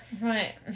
Right